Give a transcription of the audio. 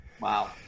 Wow